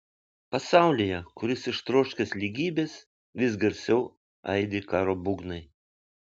pasaulyje kuris ištroškęs lygybės vis garsiau aidi karo būgnai